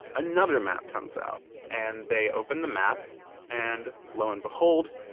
another map comes out. and they open the map and, lo and behold,